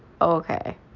Okay